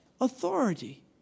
authority